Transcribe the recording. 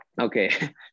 okay